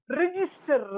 register